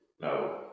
No